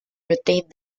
retained